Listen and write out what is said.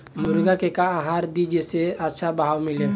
मुर्गा के का आहार दी जे से अच्छा भाव मिले?